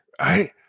right